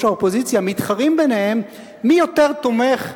האופוזיציה מתחרים ביניהם מי יותר תומך,